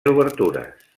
obertures